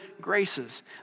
graces